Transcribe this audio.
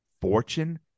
fortune